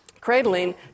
cradling